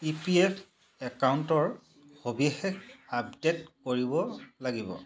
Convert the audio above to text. ই P F একাউণ্টৰ সবিশেষ update কৰিব লাগিব